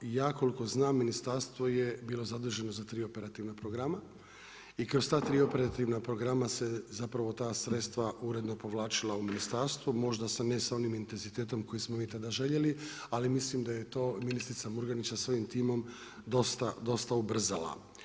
Ja koliko znam ministarstvo je bilo zaduženo za tri operativna programa i kroz ta tri operativna programa se zapravo ta sredstva uredno povlačila u ministarstvu možda ne sa onim intenzitetom koji smo mi tada željeli, ali mislim da je to ministrica Murganić sa svojim timom dosta ubrzala.